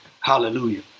Hallelujah